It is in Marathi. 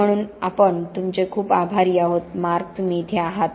म्हणून आपण तुमचे खूप आभारी आहोत मार्क तुम्ही इथे आहात